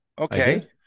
okay